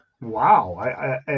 wow